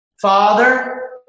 Father